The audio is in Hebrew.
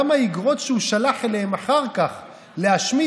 גם באיגרות שהוא שלח אליהם אחר כך להשמיד,